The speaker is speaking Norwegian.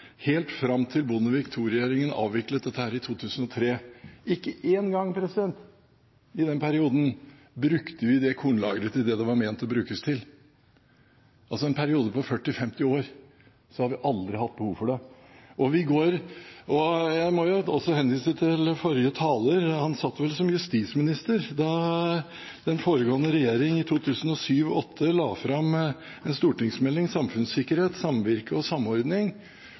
helt fram til Bondevik II-regjeringen avviklet dette i 2003. Ikke én gang i den perioden brukte vi kornlageret til det det var ment å brukes til. I løpet av en periode på 40–50 år har vi altså aldri hatt behov for det. Jeg må også henvise til forrige taler, som satt som justisminister da den foregående regjeringen i 2007–2008 la fram stortingsmeldingen Samfunnssikkerhet – Samvirke og samordning,